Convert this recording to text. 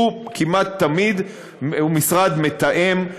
הוא כמעט תמיד משרד מתאם,